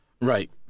Right